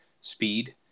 speed